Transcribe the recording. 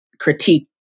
critique